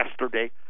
yesterday